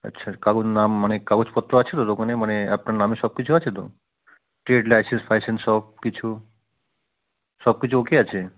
আচ্ছা কাগজ নাম মানে কাগজপত্র আছে তো দোকানের মানে আপনার নামে সব কিছু আছে তো ট্রেড লাইসেন্স ফাইসেন্স সব কিছু সব কিছু ও কে আছে